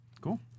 Cool